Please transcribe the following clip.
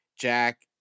Jack